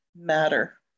matter